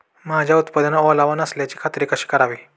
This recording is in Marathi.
माझ्या उत्पादनात ओलावा नसल्याची खात्री कशी करावी?